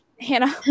Hannah